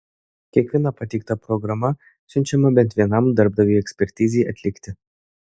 kiekviena pateikta programa siunčiama bent vienam darbdaviui ekspertizei atlikti